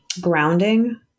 grounding